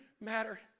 matter